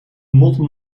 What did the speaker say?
motten